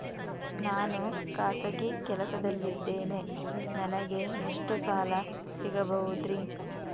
ನಾನು ಖಾಸಗಿ ಕೆಲಸದಲ್ಲಿದ್ದೇನೆ ನನಗೆ ಎಷ್ಟು ಸಾಲ ಸಿಗಬಹುದ್ರಿ?